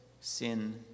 sin